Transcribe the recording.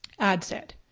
ad set.